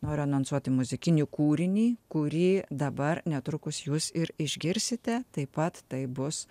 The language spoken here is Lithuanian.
noriu anonsuoti muzikinį kūrinį kurį dabar netrukus jūs ir išgirsite taip pat tai bus